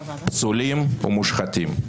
פסולים ומושחתים.